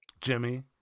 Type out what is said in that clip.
Jimmy